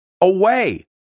away